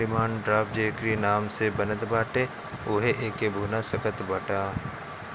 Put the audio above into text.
demand draft जेकरी नाम से बनत बाटे उहे एके भुना सकत बाटअ